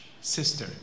sister